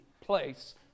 place